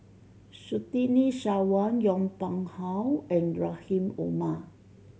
Surtini Sarwan Yong Pung How and Rahim Omar